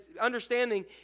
understanding